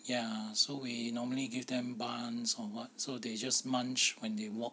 ya so we normally give them buns or what so they just munch when they walk